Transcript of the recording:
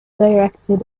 directed